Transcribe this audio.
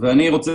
אני רוצה